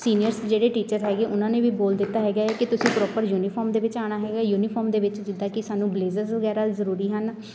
seniors ਜਿਹੜੇ teachers ਹੈਗੇ ਉਹਨਾਂ ਨੇ ਵੀ ਬੋਲ ਦਿੱਤਾ ਹੈਗਾ ਹੈ ਕਿ ਤੁਸੀਂ ਪ੍ਰੋਪਰ ਯੂਨੀਫੋਮ ਦੇ ਵਿੱਚ ਆਉਣਾ ਹੈਗਾ ਯੂਨੀਫੋਮ ਦੇ ਵਿੱਚ ਜਿੱਦਾਂ ਕਿ ਸਾਨੂੰ ਬਲੇਜ਼ਰਸ ਵਗੈਰਾ ਜ਼ਰੂਰੀ ਹਨ